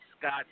Scott